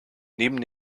neben